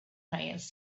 prayers